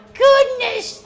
goodness